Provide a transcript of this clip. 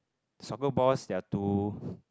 soccer balls they are too